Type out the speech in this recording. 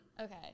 Okay